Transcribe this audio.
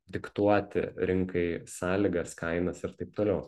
diktuoti rinkai sąlygas kainas ir taip toliau